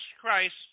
Christ